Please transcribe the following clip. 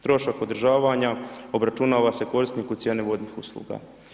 Trošak održavanja obračunava se korisniku cijene vodnih usluga.